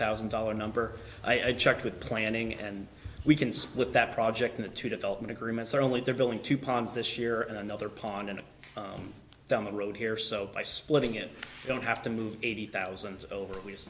thousand dollar number i checked with planning and we can split that project into two development agreements are only there building two plans this year and another pond and down the road here so by splitting it don't have to move eighty thousand over